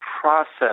process